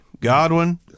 Godwin